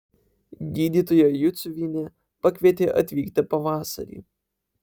gydytoja juciuvienė pakvietė atvykti pavasarį